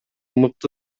мыкты